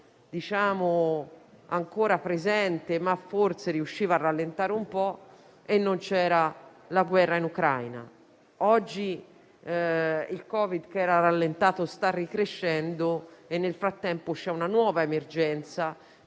ancora presente, ma forse riusciva a rallentare un po'; non c'era la guerra in Ucraina. Oggi, il Covid, che aveva rallentato, sta ricrescendo e nel frattempo c'è una nuova emergenza,